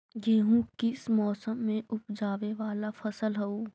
गेहूं किस मौसम में ऊपजावे वाला फसल हउ?